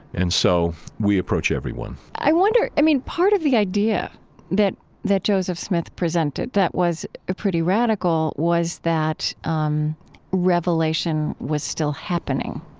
and so we approach everyone i wonder i mean, part of the idea that that joseph smith presented that was pretty radical was that um revelation was still happening